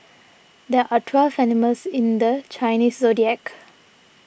there are twelve animals in the Chinese zodiac